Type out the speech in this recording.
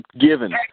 given